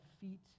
feet